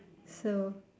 so